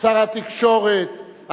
שר התקשורת,